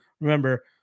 remember